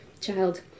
child